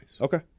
Okay